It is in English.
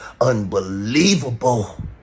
Unbelievable